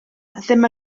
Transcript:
ddim